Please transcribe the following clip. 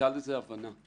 והייתה לזה הבנה.